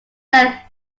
led